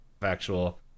factual